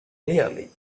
clearly